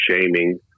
shaming